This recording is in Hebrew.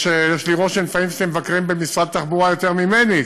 יש לי רושם לפעמים שאתם מבקרים במשרד התחבורה יותר ממני,